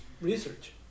research